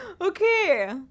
Okay